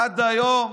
עד היום,